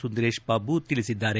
ಸುಂದರೇಶ್ ಬಾಬು ತಿಳಿಸಿದ್ದಾರೆ